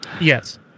Yes